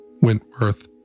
Wentworth